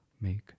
make